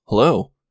Hello